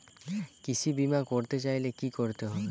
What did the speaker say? কৃষি বিমা করতে চাইলে কি করতে হবে?